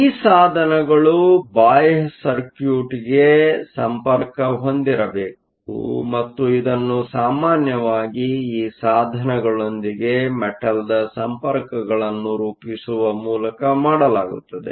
ಈ ಸಾಧನಗಳು ಬಾಹ್ಯ ಸರ್ಕ್ಯೂಟ್ ಗೆ ಸಂಪರ್ಕ ಹೊಂದಿರಬೇಕು ಮತ್ತು ಇದನ್ನು ಸಾಮಾನ್ಯವಾಗಿ ಈ ಸಾಧನಗಳೊಂದಿಗೆ ಮೆಟಲ್ನ ಸಂಪರ್ಕಗಳನ್ನು ರೂಪಿಸುವ ಮೂಲಕ ಮಾಡಲಾಗುತ್ತದೆ